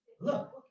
look